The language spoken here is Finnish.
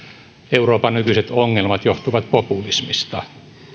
euroopan nykyiset ongelmat johtuvat populismista